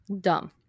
Dumb